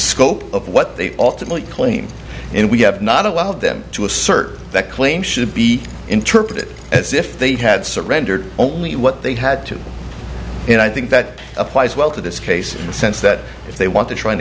scope of what they ultimately claim and we have not allowed them to assert that claim should be interpreted as if they had surrendered only what they had to and i think that applies well to this case in the sense that if they want to try